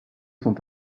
sont